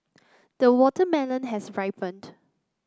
the watermelon has ripened